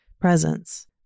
presence